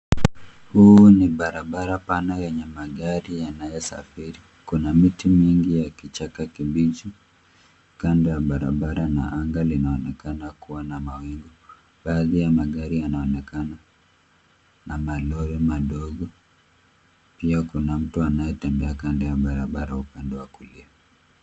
Huu ni barabara pana wenye magari yanayosafiri. Kuna miti mingi ya kichaka kibichi kando ya barabara na anga linaonekana kuwa na mawingu. Baadhi ya magari yanaonekana na malori madogo. Pia kuna mtu anayetembea kando ya barabara upande wa kulia.